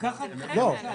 אנחנו מחדשים את